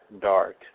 dark